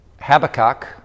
Habakkuk